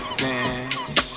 dance